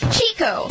Chico